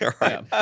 Right